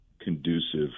conducive